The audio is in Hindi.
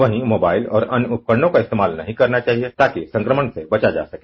वहीं मोबाइल और अन्य उपकरणों का इस्तेमाल नहीं करना चाहिए ताकि संक्रमण से बचा जा सके